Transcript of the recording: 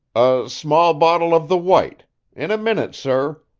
a small bottle of the white in a minute, sir.